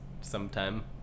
sometime